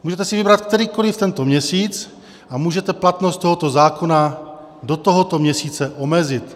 Můžete si vybrat kterýkoliv tento měsíc a můžete platnost tohoto zákona do tohoto měsíce omezit.